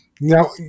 now